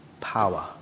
Power